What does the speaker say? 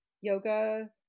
yoga